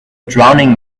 drowning